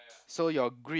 so your grid